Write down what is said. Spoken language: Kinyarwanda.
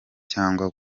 cyangwa